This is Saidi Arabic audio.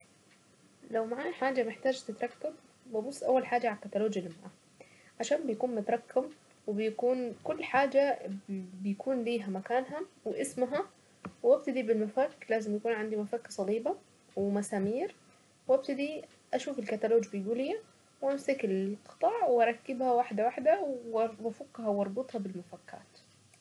لو معايا حاجة، محتاجة ابص اول حاجة على الكتالوج عشان بيكون مترقم وبيكون كل حاجة بيكون ليها مكانها واسمها وابتدي بالمفك لازم يكون عندي مفك صليبة ومسامير وابتدي اشوف الكتالوج بيقول ايه وامسك القطع واركب واحدة واحدة وافكها واربطها بالمفكات.